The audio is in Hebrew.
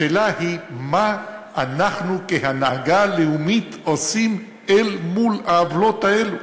השאלה היא מה אנחנו כהנהגה לאומית עושים אל מול העוולות האלו.